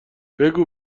بگو